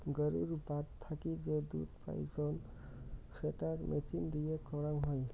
গুরুর বাত থাকি যে দুধ পাইচুঙ সেটা মেচিন দিয়ে করাং হই